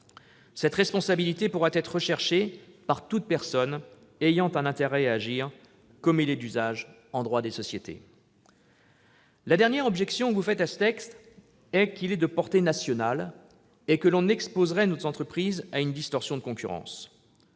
Cette responsabilité pourra être recherchée par toute personne ayant un intérêt à agir, comme il est d'usage en droit des sociétés. Votre dernière objection à ce texte, c'est qu'il est de portée nationale, ce qui exposerait nos entreprises à une distorsion de concurrence.